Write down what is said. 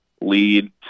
lead